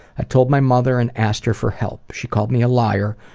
i told my mother and asked her for help. she called me a liar,